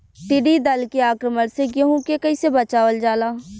टिडी दल के आक्रमण से गेहूँ के कइसे बचावल जाला?